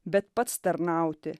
bet pats tarnauti